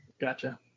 Gotcha